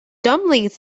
dumplings